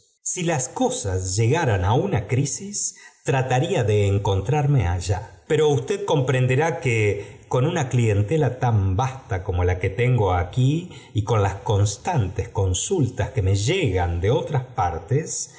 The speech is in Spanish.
si las cosas llegaran á una crisis trataría de encontrarme allá pero usted comprenderá que con una clientela tan vasta como la que tengo a u j las constantes consultas que me llegan de otras partes